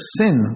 sin